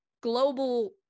global